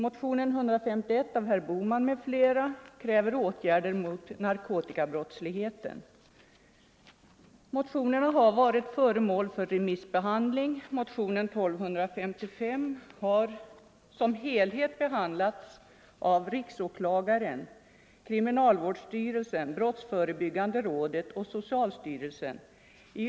Motionen 151 av herr Bohman m.fl. kräver åtgärder mot narkotikabrottsligheten. Motionerna har varit föremål för remissbehandling. Motionen 1255 har som helhet behandlats av riksåklagaren, kriminalvårdsstyrelsen, brottsförebyggande rådet och socialstyrelsen.